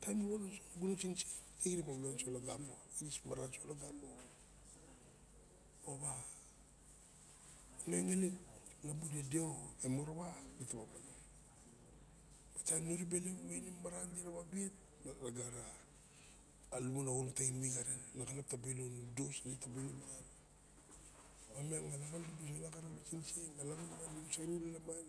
Taim mu wan soxa gunon siniseng. Dexirip pawa una uso langamo. Xinis maran solagamo moxa ngengelik tawe deo morowa. Taim nuribene lamun awa mamaran na taba wet na xilap taba ilo nodos lawan di bu sa ru lalaman